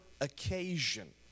occasion